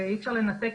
ותוסיפי: